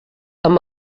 amb